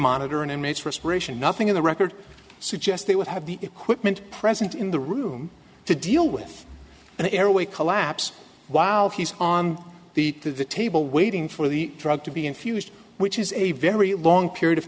monitor an inmate's restriction nothing in the record suggests they would have the equipment present in the room to deal with the airway collapse while he's on the to the table waiting for the drug to be infused which is a very long period of